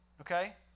Okay